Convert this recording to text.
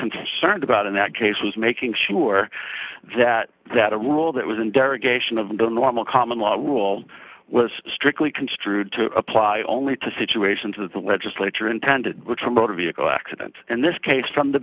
concerned about in that case was making sure that that a rule that was in derogation of the normal common law rule was strictly construed to apply only to situations that the legislature intended for motor vehicle accident and this case from the